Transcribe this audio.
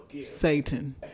Satan